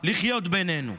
לחיות בינינו.